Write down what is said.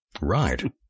Right